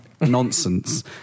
nonsense